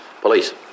Police